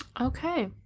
okay